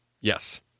Yes